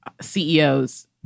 CEOs